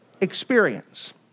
experience